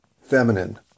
feminine